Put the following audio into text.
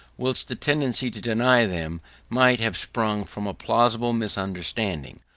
whilst the tendency to deny them might have sprung from a plausible misunderstanding,